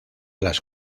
las